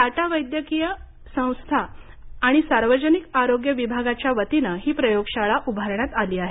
टाटा वैद्यकीय आणि नैदानिक संस्था आणि सार्वजनिक आरोग्य विभागाच्या वतिनं ही प्रयोगशाळा उभारण्यात आली आहे